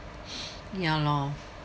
ya lor